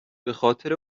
بخاطر